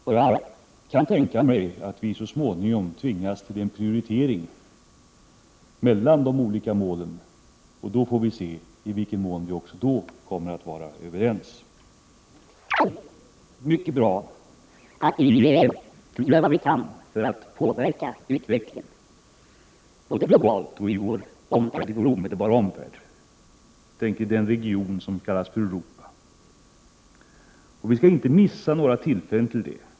Jag kan tänka mig att vi så småningom tvingas till en prioritering mellan de olika målen. Då får vi se i vilken mån vi kommer att vara överens. Det är mycket bra att vi gör vad vi kan för att påverka utvecklingen, både globalt och i vår omedelbara omvärld. Jag tänker på den region som kallas för Europa. Vi skall inte missa några tillfällen till det.